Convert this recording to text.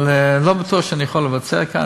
אבל לא בטוח שאני יכול לבצע אותו כאן,